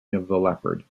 leopard